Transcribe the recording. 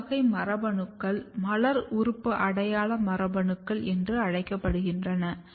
இந்த வகை மரபணுக்கள் மலர் உறுப்பு அடையாள மரபணுக்கள் என்று அழைக்கப்படுகின்றன